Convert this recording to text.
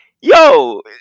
yo